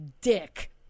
dick